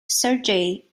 sergey